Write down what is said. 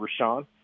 Rashawn